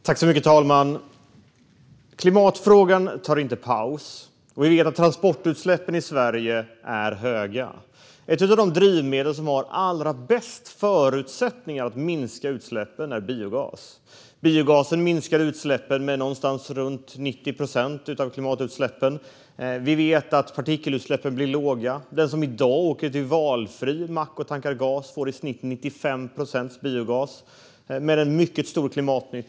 Herr talman! Klimatfrågan tar inte paus, och vi vet att transportutsläppen i Sverige är höga. Ett av de drivmedel som har allra bäst förutsättningar att minska utsläppen är biogas. Biogasen minskar utsläppen med någonstans runt 90 procent, och vi vet att partikelutsläppen blir låga. Den som i dag åker till valfri mack och tankar gas får i snitt 95 procent biogas, med mycket stor klimatnytta.